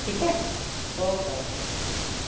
ठीकु आहे okay okay